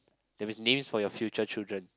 that means names for your future children